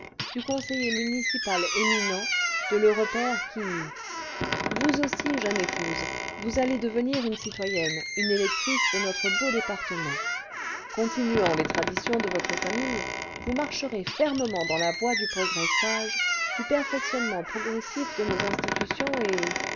clu conseiller municipal éminent cle l'heureux père qui vous aussi jeune épouse vous allez devenir une citoyenne une électrice de notre beau département continuant les traditions de votre famille le depute a la noce d'une electric e vous marcherez fermement clans la voie clu progrès sage du perfectionnement progressif cle nos institutions et